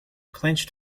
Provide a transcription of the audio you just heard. clenched